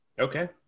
Okay